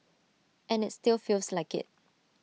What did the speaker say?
and IT still feels like IT